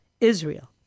Israel